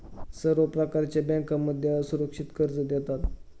सर्व प्रकारच्या बँकांमध्ये असुरक्षित कर्ज देतात